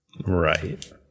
Right